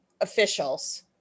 officials